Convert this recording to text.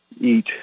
eat